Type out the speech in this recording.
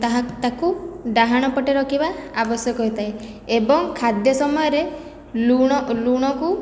ତାହାକୁ ତାକୁ ଡାହାଣ ପଟେ ରଖିବା ଆବଶ୍ୟକ ହୋଇଥାଏ ଏବଂ ଖାଦ୍ୟ ସମୟ ଲୁଣ ଲୁଣକୁ